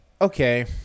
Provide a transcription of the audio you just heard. okay